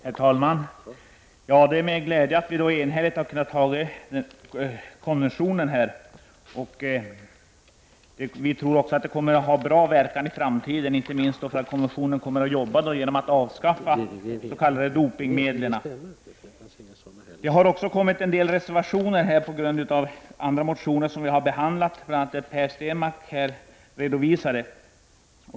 Herr talman! Det är glädjande att vi enhälligt har antagit konventionen. Vi tror att den kommer att få en bra verkan i framtiden inte minst för att konventionen kommer att arbeta för att avskaffa de s.k. dopningsmedlen. Det har även fogats en del reservationer till betänkandet på grund av motioner som har behandlats, bl.a. det som Per Stenmarck just redovisade.